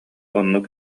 оннук